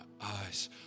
eyes